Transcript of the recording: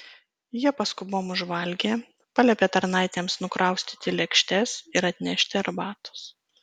jie paskubom užvalgė paliepė tarnaitėms nukraustyti lėkštes ir atnešti arbatos